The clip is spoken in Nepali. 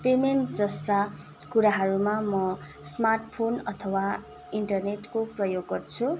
पेमेन्ट जस्ता कुराहरूमा म समार्ट फोन अथवा इन्टरनेटको प्रयोग गर्छु